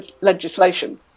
legislation